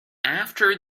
after